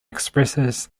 expresses